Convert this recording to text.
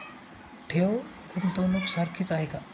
ठेव, गुंतवणूक सारखीच आहे का?